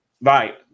Right